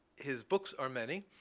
his books are many.